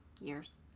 years